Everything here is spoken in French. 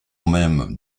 même